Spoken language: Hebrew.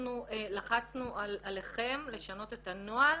ואנחנו לחצנו עליכם לשנות את הנוהל